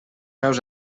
meus